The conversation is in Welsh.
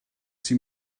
sydd